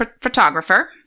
photographer